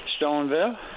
Stoneville